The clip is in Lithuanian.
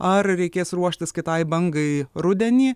ar reikės ruoštis kitai bangai rudenį